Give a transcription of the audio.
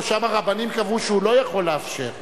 לא, שם הרבנים קבעו שהוא לא יכול לאפשר.